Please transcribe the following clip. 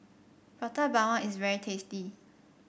Prata Bawang is very tasty